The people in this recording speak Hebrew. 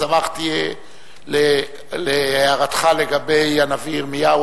שמחתי להערתך לגבי הנביא ירמיהו,